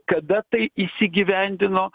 kada tai įsigyvendino